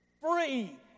free